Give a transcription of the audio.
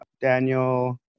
Daniel